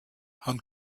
hong